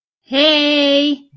Hey